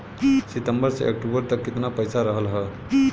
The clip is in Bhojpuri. सितंबर से अक्टूबर तक कितना पैसा रहल ह?